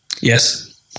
Yes